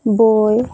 বৈ